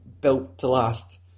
built-to-last